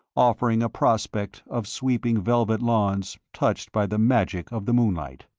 offering a prospect of sweeping velvet lawns touched by the magic of the moonlight.